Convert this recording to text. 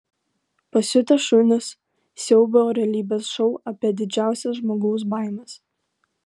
pasiutę šunys siaubo realybės šou apie didžiausias žmogaus baimes